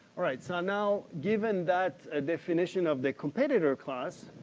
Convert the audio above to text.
all right, so now, given that ah definition of the competitor class,